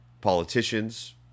politicians